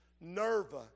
Nerva